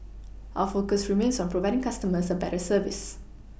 our focus remains on providing customers a better service